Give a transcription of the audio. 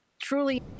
truly